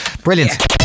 Brilliant